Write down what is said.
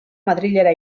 madrilera